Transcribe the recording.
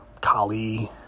Kali